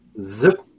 Zip